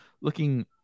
looking